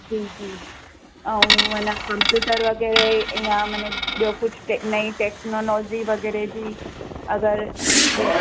जी जी ऐं माना कंप्यूटर वग़ैरह या माने ॿियो कुझु नई टेक्नोलॉजी वग़ैरह जी अगरि खपे